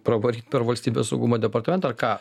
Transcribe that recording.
pravaryt per valstybės saugumo departamentą ar ką